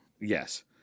Yes